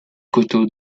coteau